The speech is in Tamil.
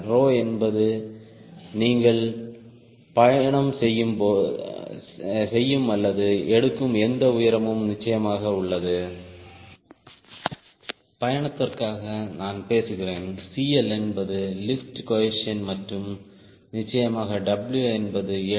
ரோ என்பது நீங்கள் பயணம் செய்யும் அல்லது எடுக்கும் எந்த உயரமும் நிச்சயமாக உள்ளது பயணத்திற்காக நான் பேசுகிறேன் CL என்பது லிப்ட் கோஏபிசியின்ட் மற்றும் நிச்சயமாக W என்பது எடை